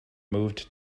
moved